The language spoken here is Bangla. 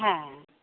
হ্যাঁ